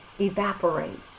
evaporates